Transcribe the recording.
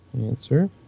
Answer